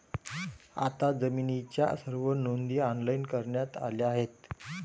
आता जमिनीच्या सर्व नोंदी ऑनलाइन करण्यात आल्या आहेत